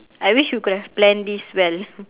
I wish you could've planned this well